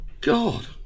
God